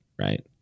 right